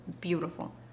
beautiful